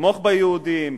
לתמוך ביהודים,